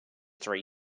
three